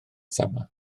thema